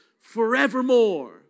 forevermore